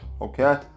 okay